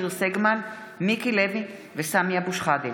סמי אבו שחאדה